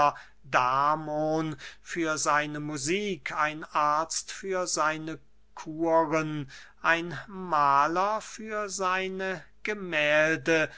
damon für seine musik ein arzt für seine kuren ein mahler für seine gemählde